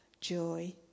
joy